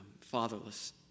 fatherless